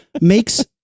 makes